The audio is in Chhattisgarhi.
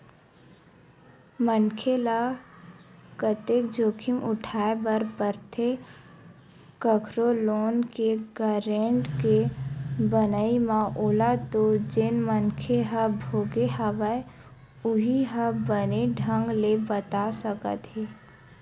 मनखे ल कतेक जोखिम उठाय बर परथे कखरो लोन के गारेंटर के बनई म ओला तो जेन मनखे ह भोगे हवय उहीं ह बने ढंग ले बता सकत हे